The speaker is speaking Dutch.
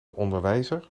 onderwijzer